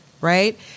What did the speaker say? right